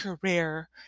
career